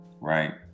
right